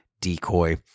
Decoy